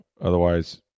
Otherwise